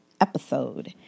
episode